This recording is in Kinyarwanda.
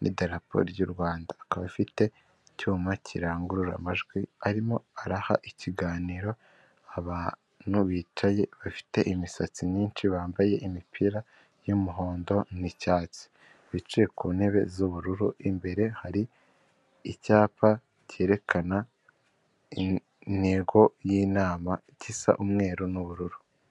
n'idarapo ry'u Rwanda. Akaba afite icyuma kirangurura amajwi arimo araha ikiganiro abantu bicaye bafite imisatsi myinshi, bambaye imipira y'umuhondo n'icyatsi. Bicaye ku ntebe z'ubururu, imbere hari icyapa cyerekana intego y'inama gisa umweru n'ubururu.